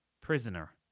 prisoner